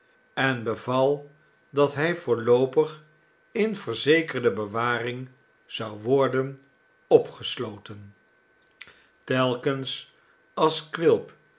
en beval dat hij voorloopig in verzekerde bewaring zou worden op ge slo ten telkens als